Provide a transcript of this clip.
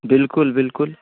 बिल्कुल बिल्कुल